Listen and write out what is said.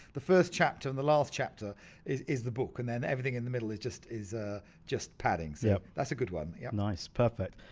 the first chapter and the last chapter is is the book and then everything in the middle is just is ah just padding so that's a good one. yeah nice, perfect.